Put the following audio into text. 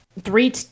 three